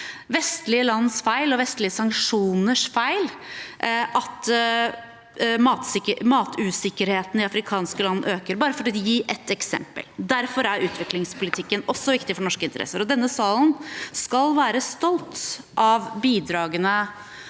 vestlige lands feil og vestlige sanksjoners feil at matusikkerheten i afrikanske land øker – bare for å gi ett eksempel. Derfor er utviklingspolitikken også viktig for norske interesser. Og denne salen skal være stolt av bidragene